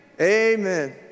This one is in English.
Amen